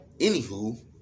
anywho